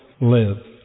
live